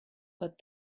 but